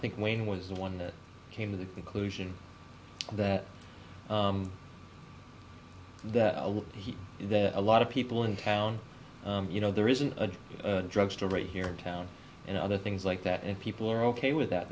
think wayne was the one that came to the conclusion that there are a lot of people in town you know there isn't a drugstore right here in town and other things like that and people are ok with that